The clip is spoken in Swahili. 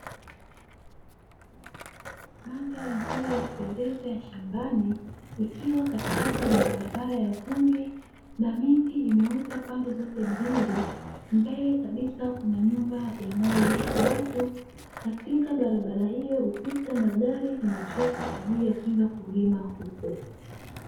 Mandhari nzuri ya kupendeza ya shambani, ikiwa katikati kuna barabara ya vumbi na miti imeota pande zote mbili. Mbele kabisa kuna nyumba inayoishi watu, katika barabara hiyo hupita magari na matrekta kwa ajili ya kwenda kulima huko.